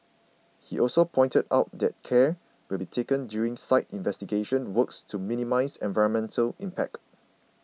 he also pointed out that care will be taken during site investigation works to minimise environmental impact